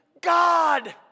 God